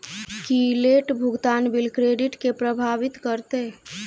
की late भुगतान bill credit केँ प्रभावित करतै?